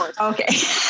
Okay